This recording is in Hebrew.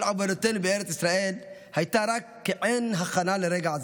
כל עבודתנו בארץ ישראל הייתה רק כעין הכנה לרגע הזה,